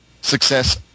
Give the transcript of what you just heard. success